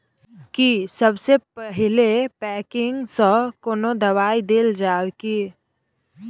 की सबसे के पैकिंग स पहिने कोनो दबाई देल जाव की?